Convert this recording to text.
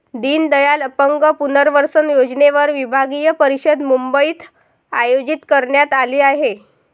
दीनदयाल अपंग पुनर्वसन योजनेवर विभागीय परिषद मुंबईत आयोजित करण्यात आली आहे